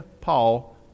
Paul